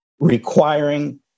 requiring